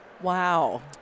Wow